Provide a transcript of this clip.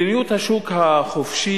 מדיניות השוק החופשי,